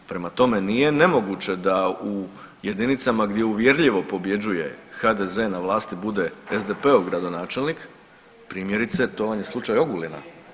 Prema tome, nije nemoguće da u jedinicama gdje uvjerljivo pobjeđuje HDZ, na vlasti bude SDP-ov gradonačelnik, primjerice to vam je slučaj Ogulina.